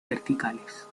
verticales